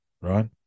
right